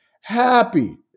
Happy